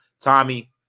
Tommy